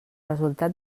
resultat